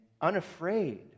unafraid